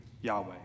Yahweh